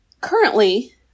currently